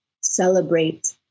celebrate